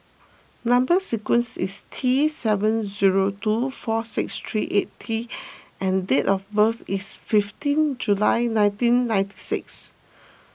Number Sequence is T seven zero two four six three eight T and date of birth is fifteen July nineteen ninety six